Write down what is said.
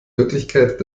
wirklichkeit